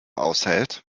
aushält